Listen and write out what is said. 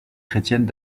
chrétiennes